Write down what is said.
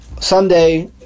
Sunday